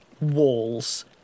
walls